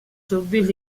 súbdits